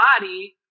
body